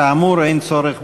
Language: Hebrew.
כאמור, אין צורך